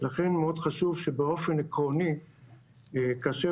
לכן מאוד חשוב שבאופן עקרוני כאשר